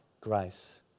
grace